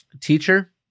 teacher